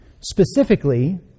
Specifically